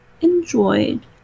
enjoyed